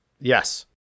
Yes